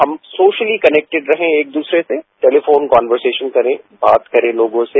हम socially connected रहें एक दूसरे से टेलीफोन कनर्वसेशन करें बात करें लोगों से